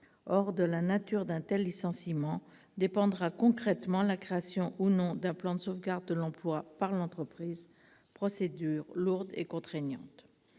Or, de la nature d'un tel licenciement dépendra concrètement l'instauration ou non d'un plan de sauvegarde de l'emploi par l'entreprise, procédure lourde et contraignante.